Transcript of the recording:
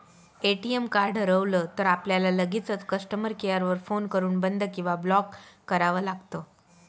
ATM card हरवलं तर, आपल्याला लगेचच कस्टमर केअर वर फोन करून बंद किंवा ब्लॉक करावं लागतं